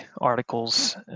articles